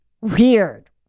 Weird